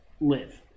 live